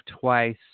twice